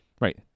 Right